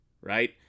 right